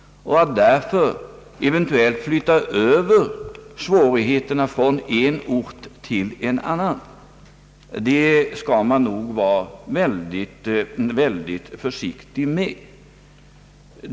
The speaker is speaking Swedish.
Att eventuellt flytta över svårigheterna från en ort till en annan skall man nog därför vara synnerligen försiktig med.